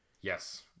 yes